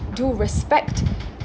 do respect